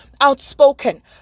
outspoken